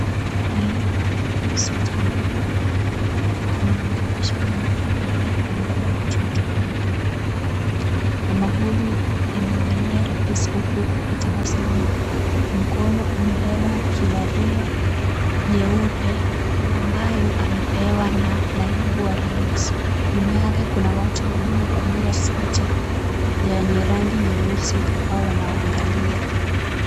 Naibu wa Rais wa Jamhuri ya Kenya, anaongelesha mama ambaye amebeba mtoto wake. Mama huyu anaangalia Rais huku akitabasamu, kwa mkono amebeba kibarua nyeupe ambayo amepewa na Naibu wa Rais. Nyuma yake kuna watu waliovalia suti yenye rangi nyeusi ambao wanawangalia.